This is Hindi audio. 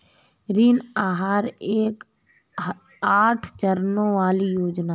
ऋण आहार एक आठ चरणों वाली योजना है